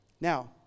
Now